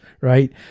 right